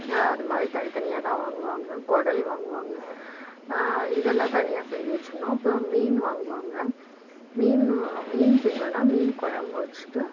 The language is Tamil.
அது மாதிரி தனித்தனியாக தான் வாங்குவாங்கள் குடல் வாங்குவாங்கள் இதெல்லாம் தனியாக செஞ்சு வச்சுடணும் அப்புறம் மீன் வாங்குவாங்கள் மீன் மீன் செஞ்சோம்னா மீன் குழம்பு வச்சுட்டு